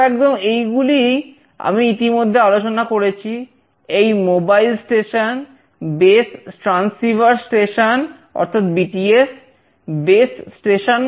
তো একদম এইগুলিই আমি ইতিমধ্যে আলোচনা করেছি এই মোবাইল স্টেশন